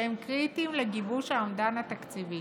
שהם קריטיים לגיבוש האומדן התקציבי.